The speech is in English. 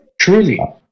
Truly